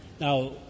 Now